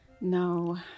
No